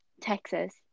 Texas